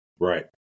Right